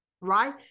right